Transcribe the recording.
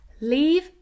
leave